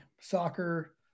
soccer